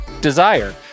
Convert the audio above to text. Desire